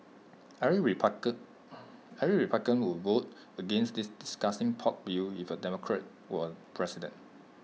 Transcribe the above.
every every republican would vote against this disgusting pork bill if A Democrat were president